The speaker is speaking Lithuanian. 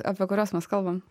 apie kuriuos mes kalbam